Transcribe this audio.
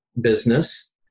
business